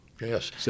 Yes